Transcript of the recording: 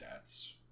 stats